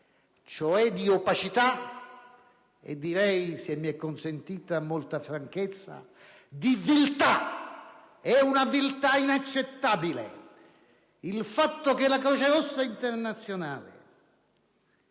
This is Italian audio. cioè per opacità e - se mi è consentita molta franchezza - per viltà. È una viltà inaccettabile il fatto che la Croce Rossa internazionale,